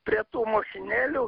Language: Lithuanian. prie tų mašinėlių